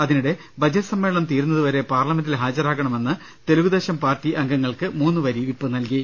അതിനിടെ ബജറ്റ് സമ്മേളനം തീരുന്നതുവരെ പാർലമെന്റിൽ ഹാജരാകണ മെന്ന് തെലുഗുദേശം പാർട്ടി അംഗങ്ങൾക്ക് മൂന്നുവരി വിപ്പ് നൽകി